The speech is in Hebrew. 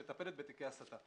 שמטפלת בתיקי הסתה.